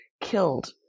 killed